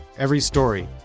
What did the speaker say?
every story,